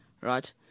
right